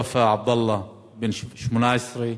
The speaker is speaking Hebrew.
וופא עבדאללה בן 18,